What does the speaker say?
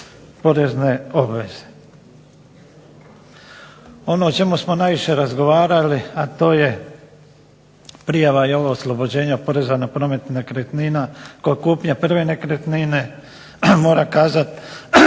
porezne obveze. Ono o čemu smo najviše razgovarali, a to je prijava i ovo oslobođenje od poreza na promet nekretnina kod kupnje prve nekretnine. Moram kazat